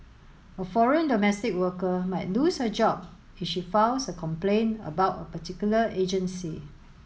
a foreign domestic worker might lose her job if she files a complaint about a particular agency